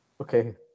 okay